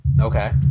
Okay